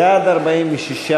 בעד, 46,